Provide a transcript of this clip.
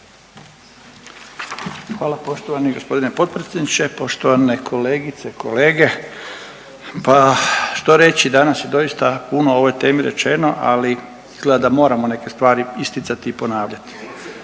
Hvala poštovani g. potpredsjedniče. Poštovane kolegice i kolege. Pa što reći, danas je doista puno o ovoj temi rečeno, ali izgleda da moramo neke stvari isticati i ponavljati.